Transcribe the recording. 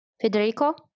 Federico